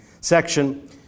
section